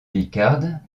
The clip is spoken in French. picarde